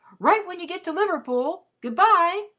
write when you get to liverpool. good-bye!